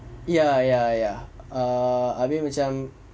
ya ya ya err abeh macam